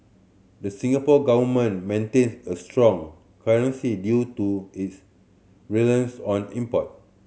the Singapore Government maintains a strong currency due to its reliance on import